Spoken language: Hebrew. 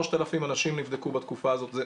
3,000 אנשים נבדקו בתקופה הזו.